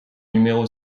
numéro